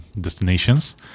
destinations